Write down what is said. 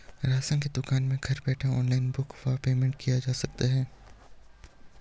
Ration की दुकान में घर बैठे ऑनलाइन बुक व पेमेंट किया जा सकता है?